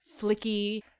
flicky